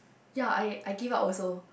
ya I I give up also